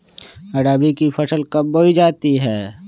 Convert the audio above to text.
रबी की फसल कब बोई जाती है?